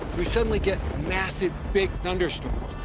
we suddenly get massive, big thunderstorms.